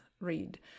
read